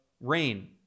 rain